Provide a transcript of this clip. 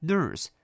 Nurse